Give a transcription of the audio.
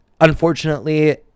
unfortunately